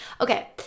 okay